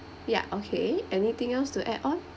ya okay anything else to add on